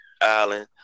Allen